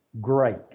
great